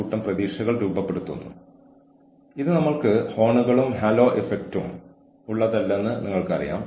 കൂടാതെ നിങ്ങൾ വൈകുന്നേരം ഒരേ ആളുകളുമായി ഹാംഗ് ഔട്ട് ചെയ്യുകയും ഒരുമിച്ച് കാര്യങ്ങൾ ചെയ്യുകയും ചെയ്യുന്നു